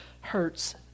hurts